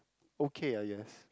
okay I guess